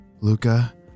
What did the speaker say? Luca